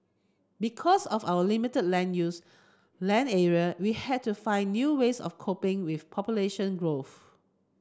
because of our limited land use land area we had to find new ways of coping with population growth